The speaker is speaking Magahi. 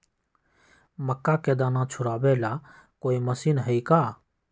मक्का के दाना छुराबे ला कोई मशीन हई का?